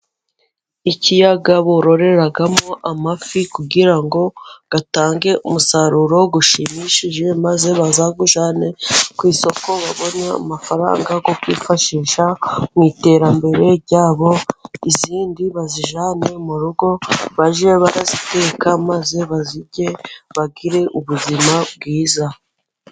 Ikiyaga bororeramo amafi kugira ngo atange umusaruro ushimishije maze bazawuzane ku isoko, babone amafaranga yo kwifashisha mu iterambere ryabo, izindi bazijyane mu rugo, bage baziteka maze bazirye, bagire ubuzima bwiza.